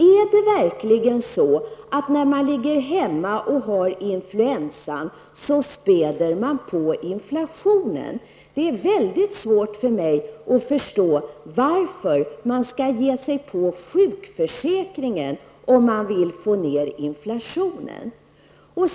Är det verkligen så, att man spär på inflationen när man ligger hemma och har influensa? Det är mycket svårt för mig att förstå varför man skall ge sig på sjukförsäkringen om man vill få ner inflationen.